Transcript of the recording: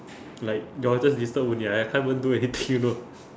like y'all just disturb only I can't even do anything you know